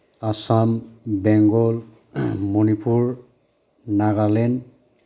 Assam Bengal Manipur Nagaland